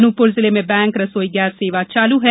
अनूपपुर जिले में बैंक रसोई गैस सेवा चालू है